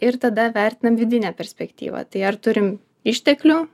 ir tada vertinam vidinę perspektyvą tai ar turim išteklių